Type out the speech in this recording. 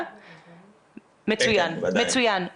מצוין.